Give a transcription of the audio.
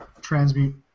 transmute